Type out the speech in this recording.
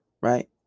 Right